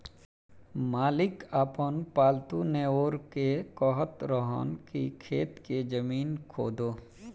मालिक आपन पालतु नेओर के कहत रहन की खेत के जमीन खोदो